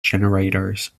generators